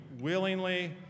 willingly